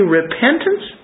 repentance